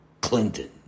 Clinton